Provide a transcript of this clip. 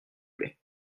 plait